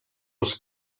els